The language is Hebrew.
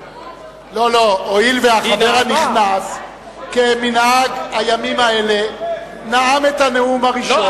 הואיל והחבר הנכנס כמנהג הימים האלה נאם את הנאום הראשון.